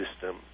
system